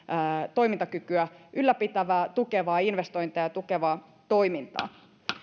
toimintakykyä ylläpitävää ja tukevaa ja investointeja tukevaa toimintaa